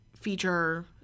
feature